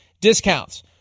discounts